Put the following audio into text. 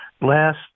Last